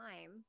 time